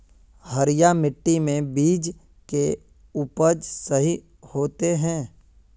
हरिया मिट्टी में बीज के उपज सही होते है?